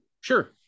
Sure